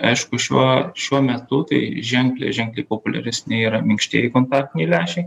aišku šiuo šiuo metu tai ženkliai ženkliai populiaresni yra minkštieji kontaktiniai lęšiai